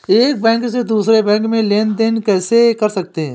एक बैंक से दूसरे बैंक में लेनदेन कैसे कर सकते हैं?